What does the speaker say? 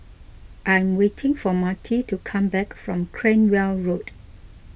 I'm waiting for Marti to come back from Cranwell Road